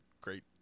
great